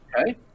okay